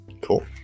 Cool